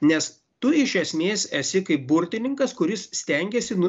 nes tu iš esmės esi kaip burtininkas kuris stengiasi nu